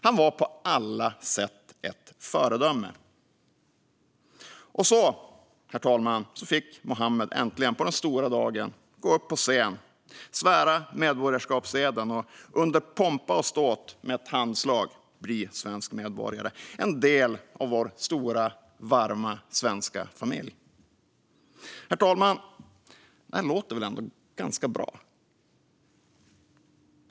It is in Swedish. Han var på alla sätt ett föredöme. Och så, herr talman, fick Muhammed äntligen på den stora dagen gå upp på scen och svära medborgarskapseden och under pompa och ståt med ett handslag bli svensk medborgare - en del av vår stora, varma, svenska familj. Herr talman! Det här låter väl ändå ganska bra.